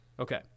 Okay